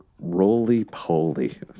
Roly-poly